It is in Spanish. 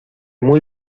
muy